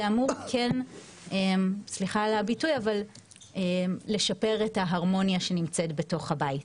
זה כן אמור סליחה על הביטוי לשפר את ההרמוניה שנמצאת בתוך הבית.